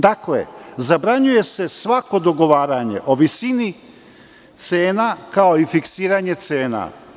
Dakle, zabranjuje se svako dogovaranje o visini cena kao i fiksiranje cena.